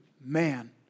man